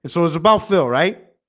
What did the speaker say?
so it's about phil. right,